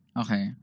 Okay